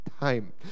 time